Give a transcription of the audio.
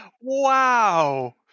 Wow